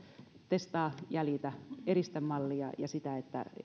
testaa jäljitä eristä mallia ja sitä että